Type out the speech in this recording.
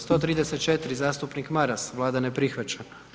134, zastupnik Maras, Vlada ne prihvaća.